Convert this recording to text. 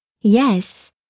Yes